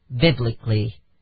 biblically